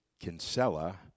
Kinsella